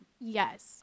Yes